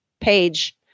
page